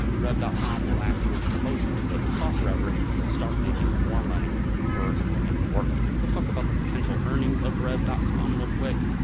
rev dot com will actually promote you to a top revver and you can start making more money per minute worked. let's talk about the potential earnings of rev dot com real quick.